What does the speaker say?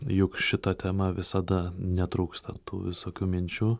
juk šita tema visada netrūksta tų visokių minčių